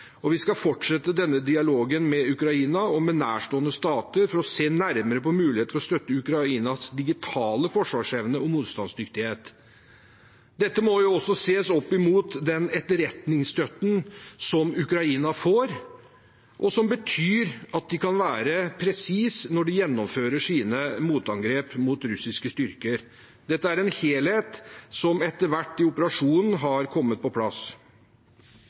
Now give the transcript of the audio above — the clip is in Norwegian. og vi skal fortsette denne dialogen med Ukraina og med nærstående stater for å se nærmere på muligheter for å støtte Ukrainas digitale forsvarsevne og motstandsdyktighet. Dette må også ses opp imot den etterretningsstøtten som Ukraina får, og som betyr at de kan være presise når de gjennomfører sine motangrep mot russiske styrker. Dette er en helhet som etter hvert i operasjonen har kommet på plass.